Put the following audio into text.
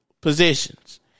positions